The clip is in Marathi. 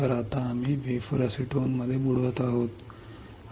तर आता आम्ही वेफर एसीटोनमध्ये बुडवत आहोत